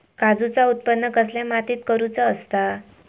काजूचा उत्त्पन कसल्या मातीत करुचा असता?